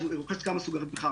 היא רוכשת כמה סוגי פחם.